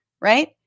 Right